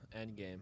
Endgame